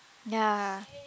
ya